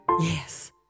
Yes